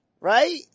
Right